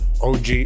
OG